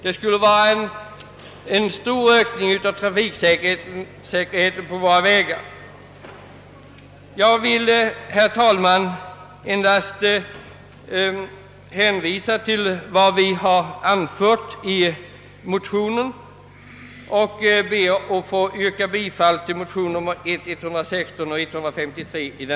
Det skulle medföra en stor ökning av trafiksäkerheten på våra vägar. Jag vill, herr talman, endast hänvisa till vad vi har anfört i motionen och ber att få yrka bifall till motionerna nr I: 116 och nr II: 153.